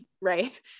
right